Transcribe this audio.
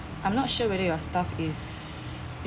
I'm not sure whether your staff is